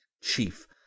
chief